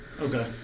okay